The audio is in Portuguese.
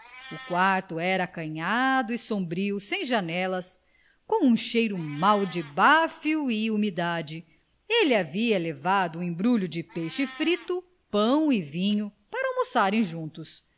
o quarto era acanhado e sombrio sem janelas com um cheiro mau de bafio e umidade ele havia levado um embrulho de peixe frito pão e vinho para almoçarem juntos